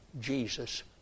Jesus